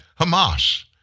Hamas